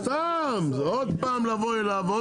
סתם, עוד פעם לבוא אליו.